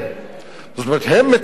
זאת אומרת, הם, מטבע ההגדרה,